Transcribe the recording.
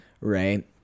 Right